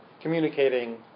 communicating